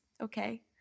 okay